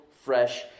fresh